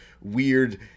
weird